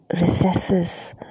recesses